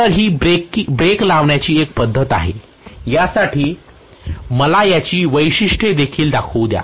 तर ही ब्रेक लावण्याची एक पद्धत आहे यासाठी मला त्यांची वैशिष्ट्ये देखील दाखवू द्या